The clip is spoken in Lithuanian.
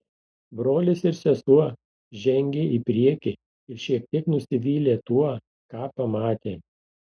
brolis ir sesuo žengė į priekį ir šiek tiek nusivylė tuo ką pamatė